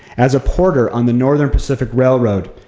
as a porter on the northern pacific railroad,